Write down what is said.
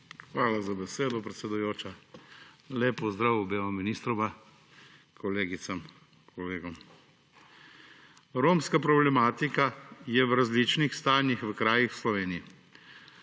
Hvala za besedo, predsedujoča. Lep pozdrav obema ministroma, kolegicam, kolegom! Romska problematika je v različnih stanjih v krajih v Sloveniji.